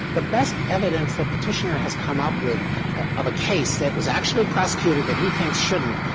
the best evidence that petitioner has come up with of a case that was actually prosecuted that he thinks shouldn't,